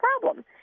problem